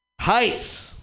Heights